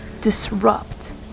disrupt